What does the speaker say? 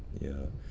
ya